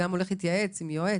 הוא הולך להתייעץ עם יועץ,